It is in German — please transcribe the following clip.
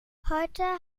heute